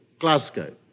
Glasgow